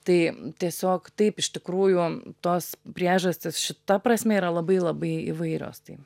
tai tiesiog taip iš tikrųjų tos priežastys šita prasme yra labai labai įvairios tai